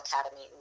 Academy